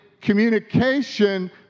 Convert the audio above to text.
communication